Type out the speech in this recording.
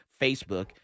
Facebook